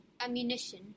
ammunition